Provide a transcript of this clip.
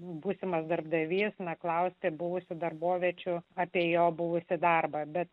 būsimas darbdavys neklausti buvusių darboviečių apie jo buvusį darbą bet